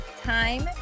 time